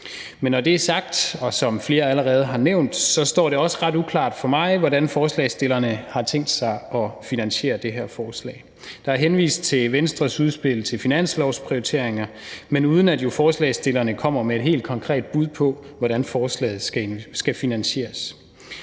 allerede har nævnt, ret uklart, hvordan forslagsstillerne har tænkt sig at finansiere det her forslag. Der henvises til Venstres udspil til finanslovsprioriteringer, men uden at forslagsstillerne kommer med et helt konkret bud på, hvordan forslaget skal finansieres.